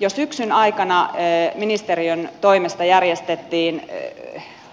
jo syksyn aikana ministeriön toimesta järjestettiin